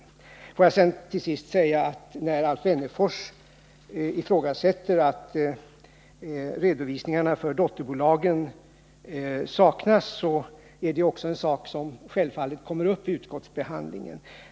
13 Får jag sedan till sist, med anledning av att Alf Wennerfors gör gällande att redovisningarna för dotterbolagen saknas, säga att det också är en sak som självfallet kommer upp vid utskottsbehandlingen.